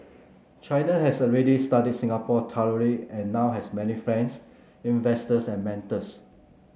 China has already studied Singapore thoroughly and now has many friends investors and mentors